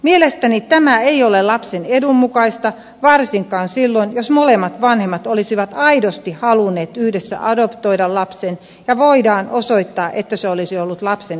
mielestäni tämä ei ole lapsen edun mukaista varsinkaan silloin jos molemmat vanhemmat olisivat aidosti halunneet yhdessä adoptoida lapsen ja voidaan osoittaa että se olisi ollut lapsen edun mukaista